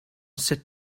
sut